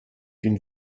bin